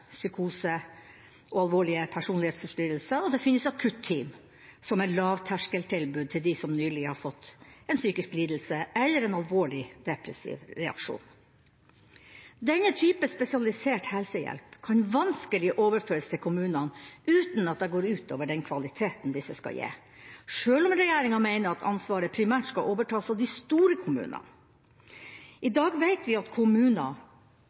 psykose og alvorlige personlighetsforstyrrelser, og det finnes akutteam som er lavterskeltilbud til dem som nylig har fått en psykisk lidelse eller en alvorlig depressiv reaksjon. Denne type spesialisert helsehjelp kan vanskelig overføres til kommunene uten at det går ut over den kvaliteten disse skal gi, sjøl om regjeringa meiner at ansvaret primært skal overtas av de store kommunene. I dag veit vi at kommuner